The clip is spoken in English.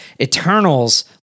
Eternals